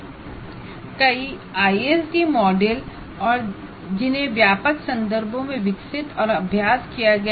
कई ISD model हैं जिन्हें व्यापक संदर्भों में विकसित और अभ्यास किया गया है